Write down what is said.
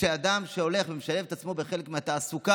על כך שאדם הולך ומשלב את עצמו בחלק מהתעסוקה,